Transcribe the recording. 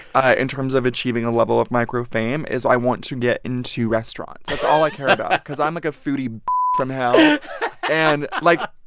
in terms of achieving a level of micro fame is i want to get into restaurants that's all i care about because i'm, like, a foodie from hell and, like,